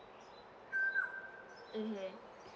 mmhmm